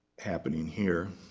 happening here.